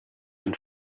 and